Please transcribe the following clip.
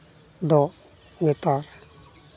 ᱫᱚ ᱱᱮᱛᱟᱨ